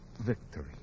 victory